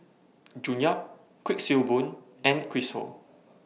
June Yap Kuik Swee Boon and Chris Ho